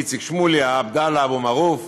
איציק שמולי, עבדאללה אבו מערוף,